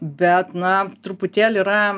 bet na truputėlį yra